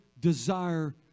desire